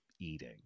eating